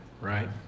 right